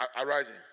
arising